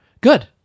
Good